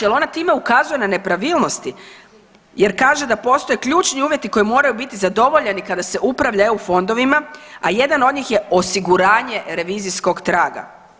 Je li ona time ukazuje na nepravilnosti jer kaže da postoje ključni uvjeti koji moraju biti zadovoljni kada se upravlja eu fondovima, a jedan od njih je osiguranje revizijskog traga.